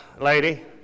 lady